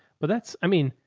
but that's, i mean,